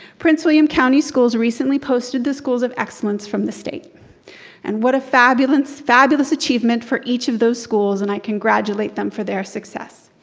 prince william county schools recently posted the schools of excellence from the state and what a fabulous fabulous achievement for each of those schools and i congratulate them for their success.